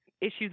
issues